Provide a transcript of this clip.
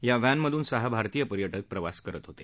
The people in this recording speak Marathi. या व्हॅनमधून सहा भारतीय पर्यटक प्रवास करत होते